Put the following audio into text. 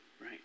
right